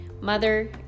mother